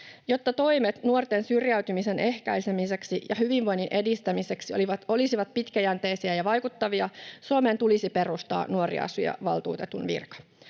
Jotta toimet nuorten syrjäytymisen ehkäisemiseksi ja hyvinvoinnin edistämiseksi olisivat pitkäjänteisiä ja vaikuttavia, Suomeen tulisi perustaa nuoriasiavaltuutetun virka.